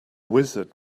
wizard